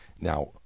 Now